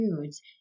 foods